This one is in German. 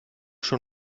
schon